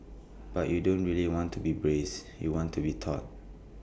but you don't really want to be braced you want to be taut